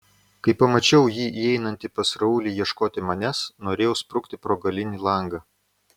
kai pamačiau jį įeinantį pas raulį ieškoti manęs norėjau sprukti pro galinį langą